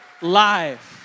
life